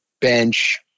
bench